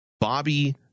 Bobby